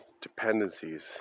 dependencies